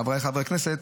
חבריי חברי הכנסת,